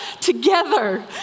together